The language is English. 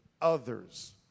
others